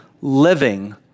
living